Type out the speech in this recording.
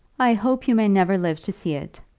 i hope you may never live to see it.